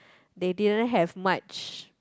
they didn't have much